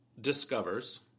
discovers